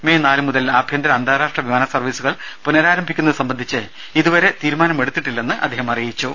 May നാലുമുതൽ ആഭ്യന്തര അന്താരാഷ്ട്ര വിമാന സർവ്വീസുകൾ പുനരാരംഭിക്കുന്നത് സംബന്ധിച്ച് ഇതുവരെ തീരുമാനമെടുത്തിട്ടില്ലെന്ന് അദ്ദേഹം അറിയിച്ചു